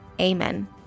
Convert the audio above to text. amen